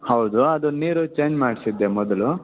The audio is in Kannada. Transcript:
ಹೌದು ಅದು ನೀರು ಚೇಂಜ್ ಮಾಡಿಸಿದ್ದೆ ಮೊದಲು